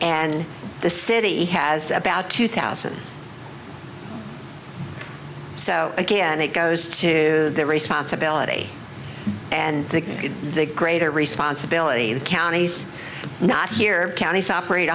and the city has about two thousand so again it goes to their responsibility and the greater responsibility the counties not here counties operate